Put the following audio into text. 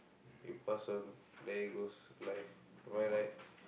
you pass on there it goes life am I right